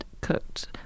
cooked